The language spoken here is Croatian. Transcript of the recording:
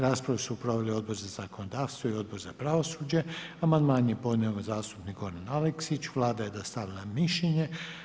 Raspravu su proveli Odbor za zakonodavstvo i Odbor za pravosuđe, amandman je podnio zastupnik Goran Aleksić, Vlada je dostavila mišljenje.